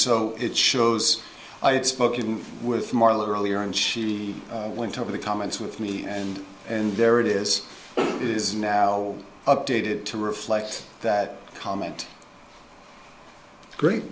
so it shows i had spoken with marlo earlier and she went over the comments with me and and there it is it is now updated to reflect that comment great